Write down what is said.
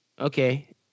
Okay